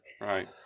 Right